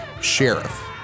sheriff